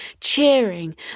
cheering